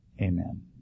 Amen